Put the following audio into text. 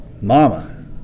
Mama